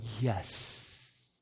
yes